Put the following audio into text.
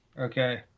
Okay